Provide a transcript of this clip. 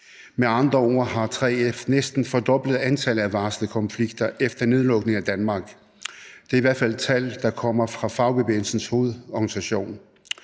Med andre ord har 3F næsten fordoblet antallet af varslede konflikter efter nedlukningen af Danmark. Det er i hvert fald de tal, der kommer fra Fagbevægelsens Hovedorganisation.